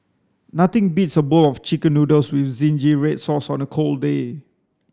nothing beats a bowl of chicken noodles with zingy red sauce on a cold day